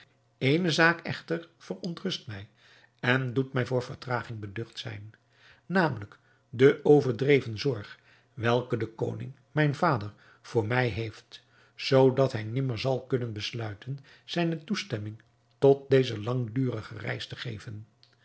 eene zaak echter verontrust mij en doet mij voor vertraging beducht zijn namelijk de overdreven zorg welke de koning mijn vader voor mij heeft zoodat hij nimmer zal kunnen besluiten zijne toestemming tot deze langdurige reis te geven